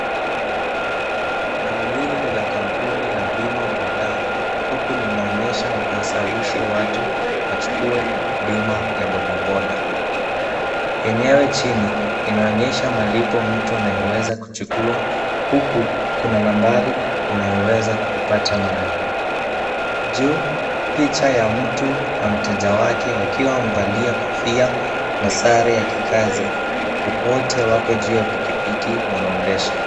Bango hili ni la kampuni la bima Bodaa, huku linaonyesha na kuwashawishi watu wachukue bima ya bodaboda. Yenyewe chini, inaonyesha malipo mtu anayeweza kuchukua huku kuna nambari unayoweza kupata nayo, juu picha ya mtu na mteja wake wakiwa wamevalia kofia na sare ya kikazi, Wote wako juu ya pikipiki wanaendesha.